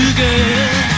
girl